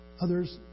others